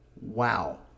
Wow